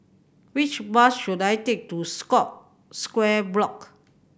which bus should I take to Scott Square Block